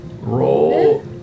Roll